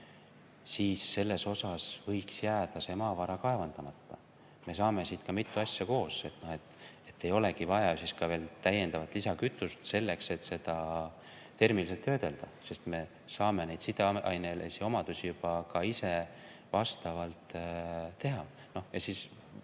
siis selles osas võiks jääda maavara kaevandamata. Me saaksime siit mitu asja koos. Ei olekski vaja täiendavat lisakütust selleks, et seda termiliselt töödelda, sest me saaksime neid sideainelisi omadusi juba ka ise vastavalt teha.